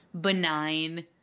benign